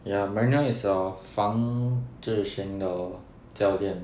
ya morino is a 防止性的教练